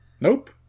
Nope